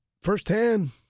firsthand—